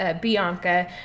Bianca